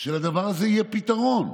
שלדבר הזה יהיה פתרון.